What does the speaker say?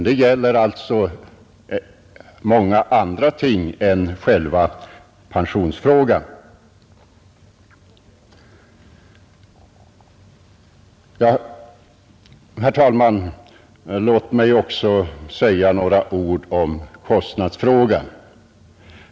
Det gäller alltså många andra ting än själva pensionsfrågan. Herr talman! Låt mig också säga några ord om kostnadsfrågan.